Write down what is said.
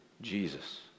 Jesus